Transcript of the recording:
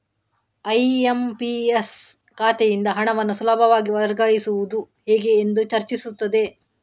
IMPS ಖಾತೆಯಿಂದ ಹಣವನ್ನು ಸುಲಭವಾಗಿ ವರ್ಗಾಯಿಸುವುದು ಹೇಗೆ ಎಂದು ಚರ್ಚಿಸುತ್ತದೆ